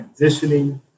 transitioning